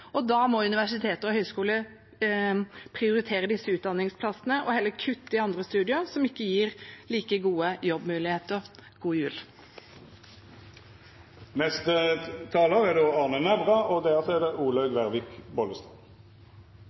Da må universiteter og høyskoler prioritere disse utdanningsplassene og heller kutte i andre studier som ikke gir like gode jobbmuligheter. God jul!